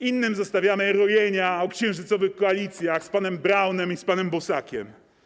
Innym zostawiamy rojenia o księżycowych koalicjach z panem Braunem i z panem Bosakiem.